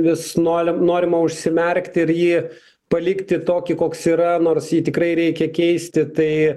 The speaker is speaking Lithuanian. vis norim norima užsimerkti ir jį palikti tokį koks yra nors jį tikrai reikia keisti tai